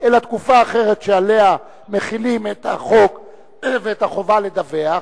אלא תקופה אחרת שעליה מחילים את החוק ואת החובה לדווח,